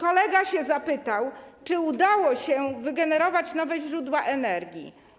Kolega zapytał: Czy udało się wygenerować nowe źródła energii?